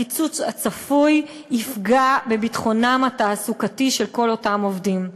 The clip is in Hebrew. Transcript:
הקיצוץ הצפוי יפגע בביטחונם התעסוקתי של כל אותם עובדים.